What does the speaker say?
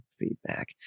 feedback